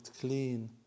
clean